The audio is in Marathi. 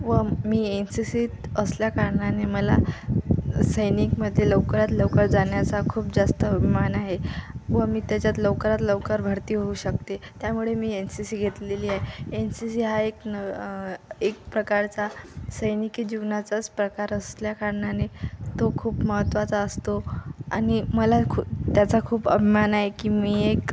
व मी एन सी सीत असल्या कारणाने मला सैनिकमध्ये लवकरात लवकर जाण्याचा खूप जास्त अभिमान आहे व मी त्याच्यात लवकरात लवकर भरती होऊ शकते त्यामुळे मी एन सी सी घेतलेली आहे एन सी सी हा एक न एक प्रकारचा सैनिकी जीवनाचाच प्रकार असल्या कारणाने तो खूप महत्वाचा असतो आणि मला खू त्याचा खूप अभिमान आहे की मी एक